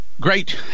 Great